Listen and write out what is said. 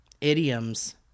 idioms